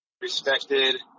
respected